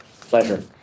Pleasure